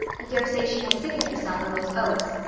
i daresay she has sickened herself on those oats.